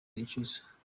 nicuza